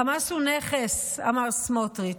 חמאס הוא נכס, אמר סמוטריץ',